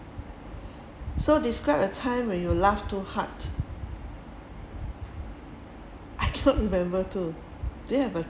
so describe a time when you laughed too hard I cannot remember too do you have a